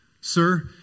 sir